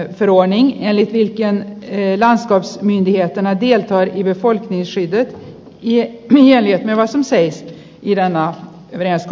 ruuan eli rikkiä eila s mindia kompromiss om att det ska göras en bedömning i nästa försvarspolitiska redogörelse